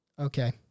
Okay